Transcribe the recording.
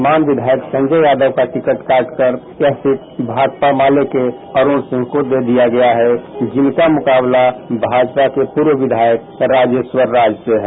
राजद ने अपने विधायक संजय यादव का टिकट काट कर यह सीट माकपा माले के अरुण सिंह को दे दिया है जिनका मुकाबला माजपा के पूर्व विधायक राजेश्वर राज से है